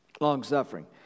long-suffering